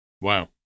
Wow